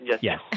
Yes